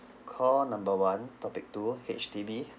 call number one topic two H_D_B